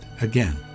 again